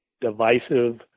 divisive